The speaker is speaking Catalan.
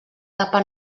capa